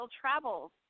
Travels